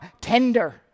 tender